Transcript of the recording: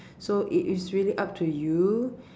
so it it's really up to you